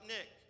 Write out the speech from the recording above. Nick